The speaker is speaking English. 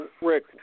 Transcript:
Rick